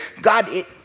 God